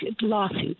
lawsuits